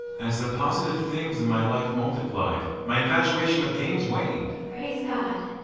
as the positive things in my life multiplied, my infatuation with games waned. praise god.